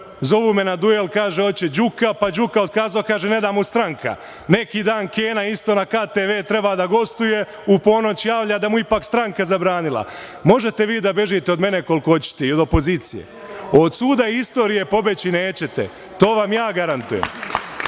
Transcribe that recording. me na duel, kaže hoće Đuka, pa Đuka otkazao, kaže – ne da mu stranka. Neki dan Kena na isto na KTV treba da gostuje, u ponoć javlja da mu ipak stranka zabranila. Možete vi da bežite od mene koliko hoćete i od opozicije, od suda istorije pobeći nećete, to vam ja garantujem.